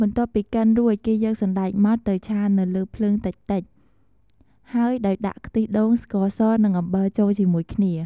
បន្ទាប់ពីកិនរួច គេយកសណ្តែកម៉ដ្ឋទៅឆានៅលើភ្លើងតិចៗហើយដោយដាក់ ខ្ទិះដូង ស្ករស និង អំបិលចូលជាមួយគ្នា។